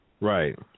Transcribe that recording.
Right